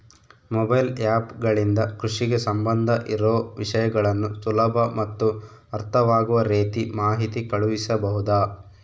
Mobile app ಗಳಿಂದ ಕೃಷಿಗೆ ಸಂಬಂಧ ಇರೊ ವಿಷಯಗಳನ್ನು ಸುಲಭ ಮತ್ತು ಅರ್ಥವಾಗುವ ರೇತಿ ಮಾಹಿತಿ ಕಳಿಸಬಹುದಾ?